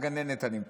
מהגננת אני מתקן.